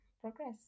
progress